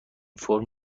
فرم